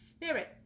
spirit